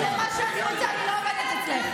בואי נדבר על החוק.